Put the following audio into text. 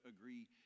agree